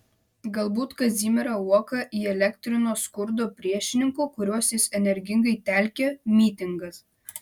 galbūt kazimierą uoką įelektrino skurdo priešininkų kuriuos jis energingai telkė mitingas